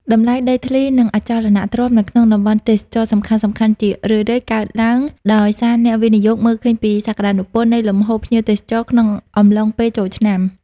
តម្លៃដីធ្លី និងអចលនទ្រព្យនៅក្នុងតំបន់ទេសចរណ៍សំខាន់ៗជារឿយៗកើនឡើង ដោយសារអ្នកវិនិយោគមើលឃើញពីសក្តានុពលនៃលំហូរភ្ញៀវទេសចរក្នុងអំឡុងពេលចូលឆ្នាំ។